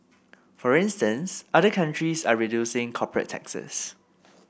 for instance other countries are reducing corporate taxes